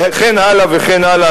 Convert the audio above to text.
וכן הלאה וכן הלאה.